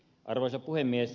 arvoisa puhemies